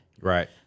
Right